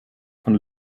von